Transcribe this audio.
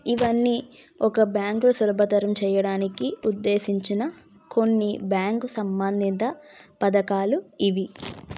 ఇవన్నీ ఒక బ్యాంక్ సులభతరం చేయడానికి ఉద్దేశించిన కొన్ని బ్యాంక్ సంబంధిత పథకాలు ఇవి